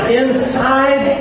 inside